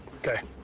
okay.